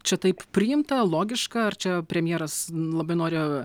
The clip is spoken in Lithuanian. čia taip priimta logiška ar čia premjeras labai norėjo